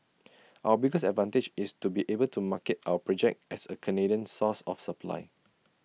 our biggest advantage is to be able to market our project as A Canadian source of supply